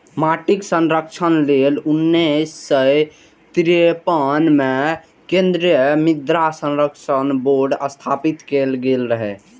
माटिक संरक्षण लेल उन्नैस सय तिरेपन मे केंद्रीय मृदा संरक्षण बोर्ड स्थापित कैल गेल रहै